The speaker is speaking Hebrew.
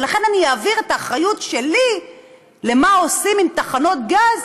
ולכן אני אעביר את האחריות שלי למה שעושים עם תחנות גז